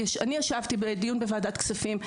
אני ישבתי בדיון בוועדה כספים,